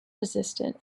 resistant